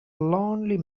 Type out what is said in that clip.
lonely